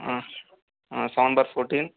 seven bar fourteen